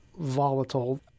Volatile